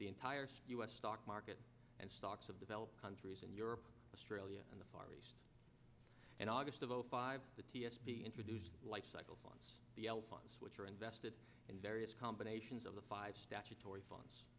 the entire u s stock market and stocks of developed countries in europe australia and the far east and august of zero five the t s b introduced life cycle on the l funds which are invested in various combinations of the five statutory funds